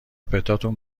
پرتاتون